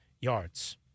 yards